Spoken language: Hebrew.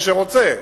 מי שרוצה,